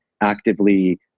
actively